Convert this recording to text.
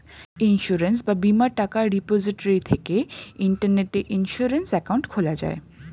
insurance বা বীমার টাকা রিপোজিটরি থেকে ইন্টারনেটে ইন্সুরেন্স অ্যাকাউন্ট খোলা যায়